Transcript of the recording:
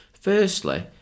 Firstly